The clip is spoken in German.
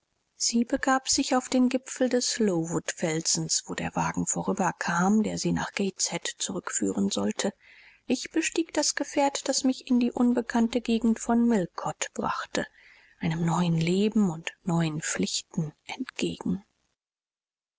sie begab sich auf den gipfel des lowood felsens wo der wagen vorüber kam der sie nach gateshead zurückführen sollte ich bestieg das gefährt das mich in die unbekannte gegend von millcote brachte einem neuen leben und neuen pflichten entgegen